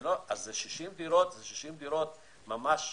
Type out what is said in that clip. אלה 60 דירות טובות.